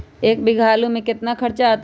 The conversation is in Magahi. एक बीघा आलू में केतना खर्चा अतै?